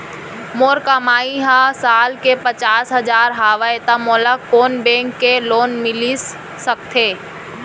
मोर कमाई ह साल के पचास हजार हवय त मोला कोन बैंक के लोन मिलिस सकथे?